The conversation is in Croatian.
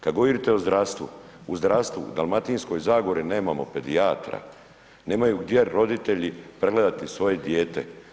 Kad govorite o zdravstvu, u zdravstvu u Dalmatinskoj zagori nemamo pedijatra, nemaju gdje roditelji pregledati svoje dijete.